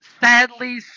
Sadly